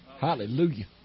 Hallelujah